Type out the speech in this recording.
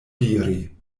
diri